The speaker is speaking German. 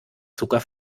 zucker